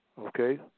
Okay